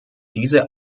diese